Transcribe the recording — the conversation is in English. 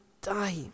die